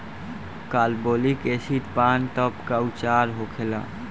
Carbolic acid पान तब का उपचार होखेला?